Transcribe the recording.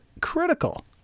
critical